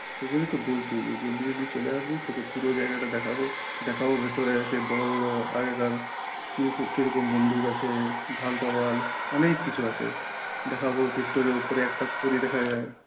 সেই জন্যই তো বলছি জলদি জলদি চলে আসবি তোকে পুরো জায়গাটা দেখাবো দেখাবো ভেতরে সেই বড় বড় আগেকার কিরকম বন্দুক আছে ঢাল তরোয়াল অনেক কিছু আছে দেখাব ভিক্টোরিয়ার উপরে একটা পরী দেখা যায়